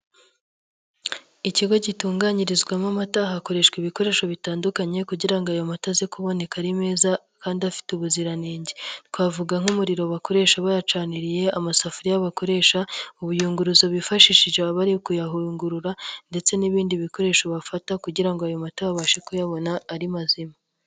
Ikigo gitunganyirizwamo amata hakoreshwa ibikoresho bitandukanye kugira ngo ayo mato aze kuboneka ari meza kandi afite ubuziranenge, twavuga nk'umuriro bakoresha bayacaniriye, amasafuriya bakoresha, ubuyunguruzo bifashisha bari kuyahurungurura ndetse n'ibindi bikoresho bafata kugira ayo mata babashe kuyabona ari mazima.